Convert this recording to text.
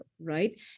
right